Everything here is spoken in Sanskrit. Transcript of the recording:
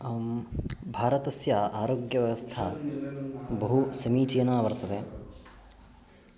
अहं भारतस्य आरोग्यव्यवस्था बहु समीचीना वर्तते